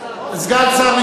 סגן שר,